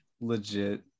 legit